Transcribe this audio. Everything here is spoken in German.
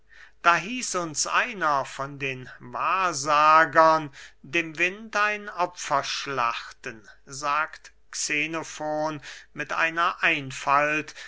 da hieß uns einer von den wahrsagern dem wind ein opfer schlachten sagt xenofon mit einer einfalt